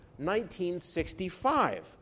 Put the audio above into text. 1965